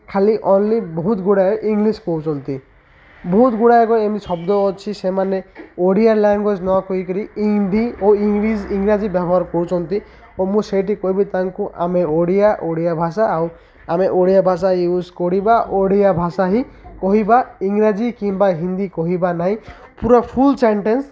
ଖାଲି ଅନ୍ଲି ବହୁତଗୁଡ଼ାଏ ଇଂଲିଶ କହୁଛନ୍ତି ବହୁତଗୁଡ଼ାକ ଏମିତି ଶବ୍ଦ ଅଛି ସେମାନେ ଓଡ଼ିଆ ଲାଙ୍ଗୁଏଜ୍ ନକହିକିରି ହିନ୍ଦୀ ଓ ଇଂଲିଶ୍ ଇଂରାଜୀ ବ୍ୟବହାର କରୁଚନ୍ତି ଓ ମୁଁ ସେଇଠି କହିବି ତାଙ୍କୁ ଆମେ ଓଡ଼ିଆ ଓଡ଼ିଆ ଭାଷା ଆଉ ଆମେ ଓଡ଼ିଆ ଭାଷା ୟୁଜ୍ କରିବା ଓଡ଼ିଆ ଭାଷା ହିଁ କହିବା ଇଂରାଜୀ କିମ୍ବା ହିନ୍ଦୀ କହିବା ନାଇଁ ପୁରା ଫୁଲ୍ ସେଣ୍ଟେନ୍ସ